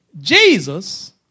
Jesus